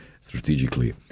strategically